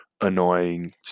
annoying